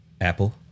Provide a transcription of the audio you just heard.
Apple